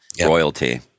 royalty